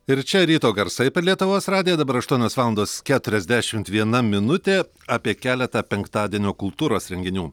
ir čia ryto garsai per lietuvos radiją dabar aštuonios valandos keturiasdešimt viena minutė apie keletą penktadienio kultūros renginių